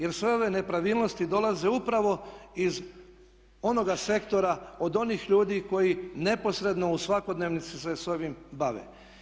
Jer sve ove nepravilnosti dolaze upravo iz onoga sektora, od onih ljudi koji neposredno u svakodnevnici se s ovim bave.